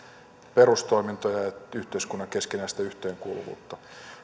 perustoimintoja ja yhteiskunnan keskinäistä yhteenkuuluvuutta